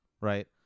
right